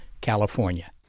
California